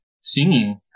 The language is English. singing